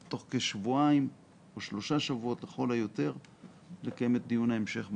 בנושא הזה תוך כשבועיים או לכל היותר שלושה שבועות.